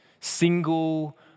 Single